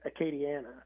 Acadiana